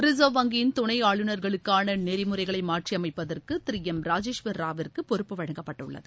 reserve வங்கியின் துணைஆளுநர்களுக்கானநெறிமுறைகளைமாற்றியமைப்பதற்குதிருளம்ராஜேஷ்வர் ராவிற்குபொறுப்பு வழங்கப்பட்டுள்ளது